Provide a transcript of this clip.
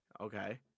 Okay